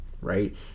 right